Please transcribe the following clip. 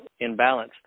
imbalanced